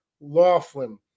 Laughlin